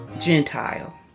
Gentile